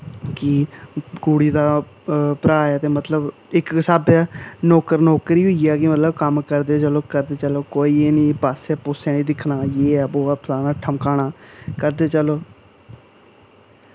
कि कुड़ी दा भ्रा ऐ ते मतलब इक स्हाबै नौकर गै होई गेआ मतलब कि कम्म करदे चलो करदे चलो कोई इ'यां पास्सै पूस्से निं दिक्खना जे ऐ बो ऐ फलाना ठमकाना करदे चलो